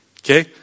Okay